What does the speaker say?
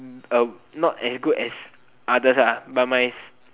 uh not as good as others ah but my